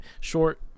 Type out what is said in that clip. short